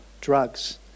drugs